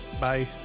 Bye